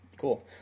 Cool